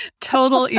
Total